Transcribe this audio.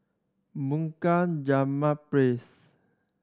Bunga Rampai Place